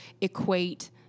equate